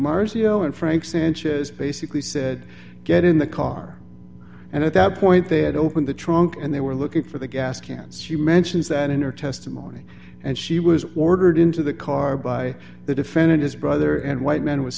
marzio and frank sanchez basically said get in the car and at that point they had opened the trunk and they were looking for the gas cans she mentions that in her testimony and she was ordered into the car by the defendant his brother and white man was